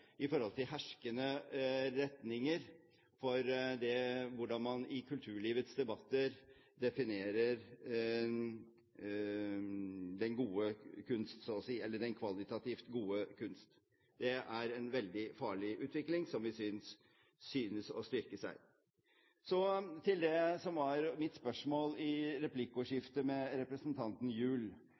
i forhold til herskende retninger for hvordan man i kulturlivets debatter definerer den kvalitativt gode kunst. Det er en veldig farlig utvikling, som synes å styrke seg. Så til det som var mitt spørsmål i replikkordskiftet med representanten